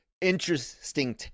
interesting